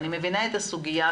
אני מבינה את הסוגיה,